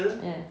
ya